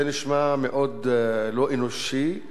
זה נשמע מאוד לא אנושי,